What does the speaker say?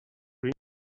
bring